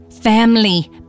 family